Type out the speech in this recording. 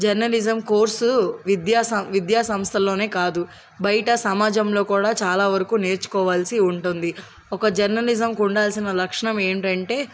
journalism course విద్యా సం విద్యా సంస్థలోనే కాదు బయట సమాజంలో కూడా చాలా వరకు నేర్చుకోవాల్సి ఉంటుంది ఒక జర్నలిజం ఉండాల్సిన లక్షణం ఏంటంటే